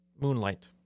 Moonlight